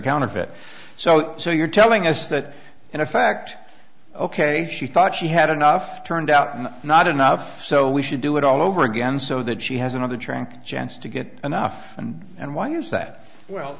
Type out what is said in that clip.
counterfeit so so you're telling us that in fact ok she thought she had enough turned out and not enough so we should do it all over again so that she has another trunk chance to get enough and and why is that well